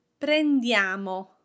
Prendiamo